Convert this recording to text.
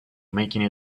making